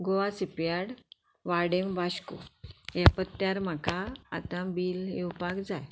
Goa shipyard Vadem Vasco हे पत्त्यार म्हाका आतां बील येवपाक जाय